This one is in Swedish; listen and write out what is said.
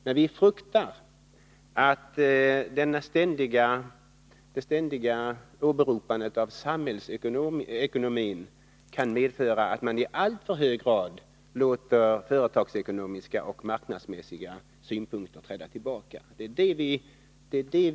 Men vi fruktar att det ständiga åberopandet av samhällsekonomin kan medföra att man i alltför hög grad låter företagsekonomiska och marknadsmässiga synpunkter träda tillbaka. Det är det vi varnar för.